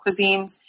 cuisines